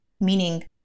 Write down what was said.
meaning